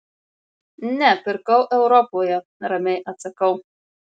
ne pirkau europoje ramiai atsakau